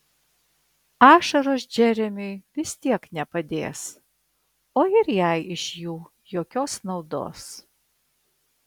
ašaros džeremiui vis tiek nepadės o ir jai iš jų jokios naudos